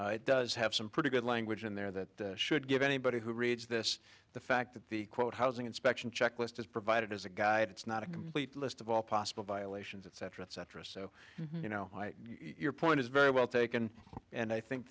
it it does have some pretty good language in there that should give anybody who reads this the fact that the quote housing inspection checklist is provided as a guide it's not a complete list of all possible violations etc etc so you know your point is very well taken and i think